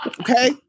Okay